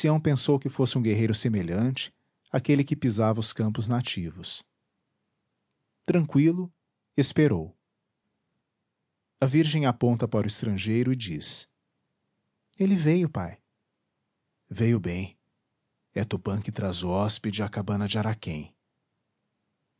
pensou que fosse um guerreiro semelhante aquele que pisava os campos nativos tranqüilo esperou a virgem aponta para o estrangeiro e diz ele veio pai veio bem é tupã que traz o hóspede à cabana de araquém